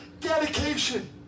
dedication